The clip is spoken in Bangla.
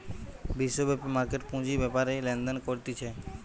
বিশ্বব্যাপী মার্কেট পুঁজি বেপারে লেনদেন করতিছে